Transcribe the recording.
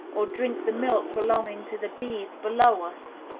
or drink the milk belonging to the b's below us.